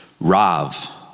Rav